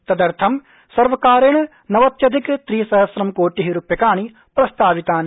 तदर्थं सर्वकारेण नवत्यधिक त्रिसहस्रं कोटि रूप्यकाणि प्रस्तावितानि